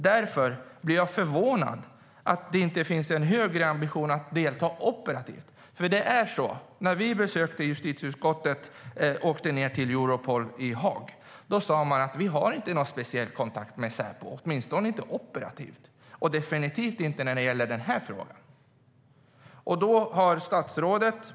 Därför blir jag förvånad över att det inte finns en högre ambition att delta operativt. När vi i justitieutskottet besökte Europol i Haag fick vi höra att man där inte hade någon särskild kontakt med Säpo, åtminstone inte operativt och definitivt inte när det gäller den här frågan.